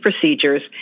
procedures